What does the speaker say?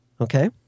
Okay